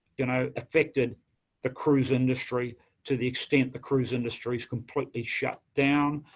you know, affected the cruise industry to the extent the cruise industry is completely shut down.